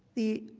the